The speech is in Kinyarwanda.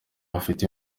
bafite